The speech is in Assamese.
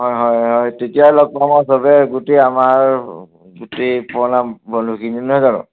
হয় হয় হয় তেতিয়া লগ পাম আৰু সবই গোটেই আমাৰ গোটেই পুৰণা বন্ধুখিনি নহয় জানো